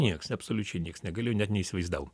nieks absoliučiai nieks negalėjo net neįsivaizdavo